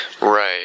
Right